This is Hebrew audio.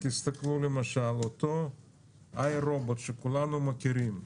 תסתכלו למשל, אותו האיי-רובוט שכולנו מכירים,